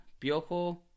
Piojo